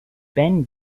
ben